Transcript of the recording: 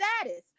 status